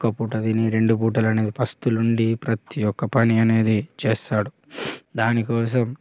ఒక్క పూట తిని రెండు పూటలు అనేది పస్తులు ఉండి ప్రతి ఒక్క పని అనేది చేస్తాడు దానికోసం